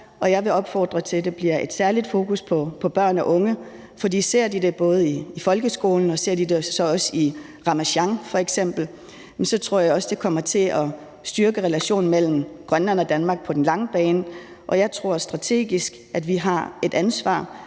jeg vil opfordre til, at der bliver et særligt fokus på børn og unge, for ser de det både i folkeskolen og så også i f.eks. Ramasjang, tror jeg også, det kommer til at styrke relationen mellem Grønland og Danmark på den lange bane. Og jeg tror, at vi strategisk har et ansvar,